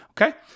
okay